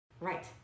Right